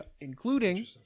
Including